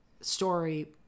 story